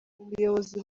umuyobozi